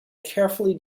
carefully